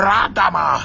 Radama